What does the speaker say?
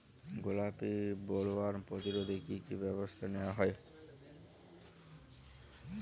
গোলাপী বোলওয়ার্ম প্রতিরোধে কী কী ব্যবস্থা নেওয়া হয়?